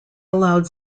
allowed